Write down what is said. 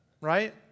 Right